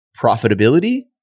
profitability